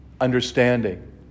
understanding